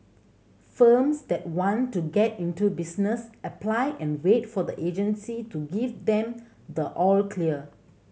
firms that want to get into business apply and wait for the agency to give them the all clear